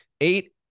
Eight